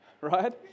Right